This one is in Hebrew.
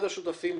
אחד השותפים,